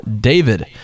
david